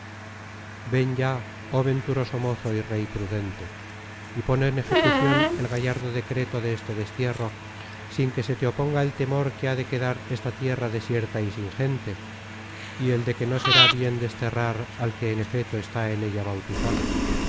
ven ya oh venturoso mozo y rey prudente y pon en ejecucion el gallardo decreto de este destierro sin que se te oponga el temor que ha de quedar esta tierra desierta y sin gente y el de que no será bien desterrar la que en efeto está en ella bautizada